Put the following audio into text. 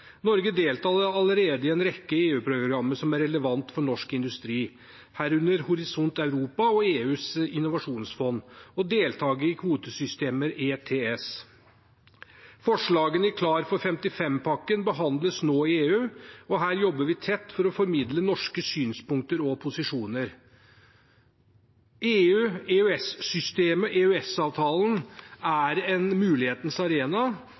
Norge deltar allerede i en rekke EU-programmer som er relevante for norsk industri, herunder Horisont Europa og EUs innovasjonsfond, og deltar i kvotesystemet ETS. Forslagene i Klar for 55-pakken behandles nå i EU. Her jobber vi tett for å formidle norske synspunkter og posisjoner. EU, EØS-systemet og EØS-avtalen er en mulighetens arena.